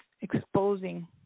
exposing